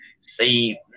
see